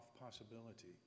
possibility